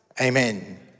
Amen